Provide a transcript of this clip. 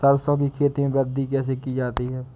सरसो की खेती में वृद्धि कैसे की जाती है?